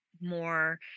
more